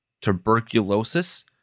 tuberculosis